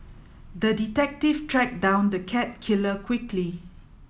the detective tracked down the cat killer quickly